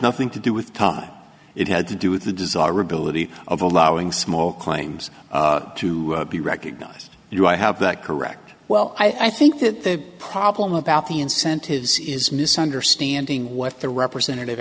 nothing to do with time it had to do with the desirability of allowing small claims to be recognised you i have that correct well i think that the problem about the incentives is misunderstanding what the representative